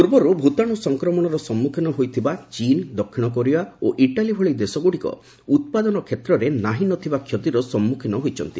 ପୂର୍ବରୁ ଭୂତାଣୁ ସଂକ୍ରମଣର ସମ୍ମୁଖୀନ ହୋଇଥିବା ଚୀନ୍ ଦକ୍ଷିଣ କୋରିଆ ଓ ଇଟାଲୀ ଭଳି ଦେଶଗୁଡ଼ିକ ଉତ୍ପାଦନ କ୍ଷେତ୍ରରେ ନାହିଁ ନ ଥିବା କ୍ଷତିର ସମ୍ମୁଖୀନ ହୋଇଛନ୍ତି